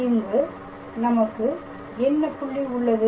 இங்கு நமக்கு என்ன புள்ளி உள்ளது